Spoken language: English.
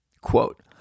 Quote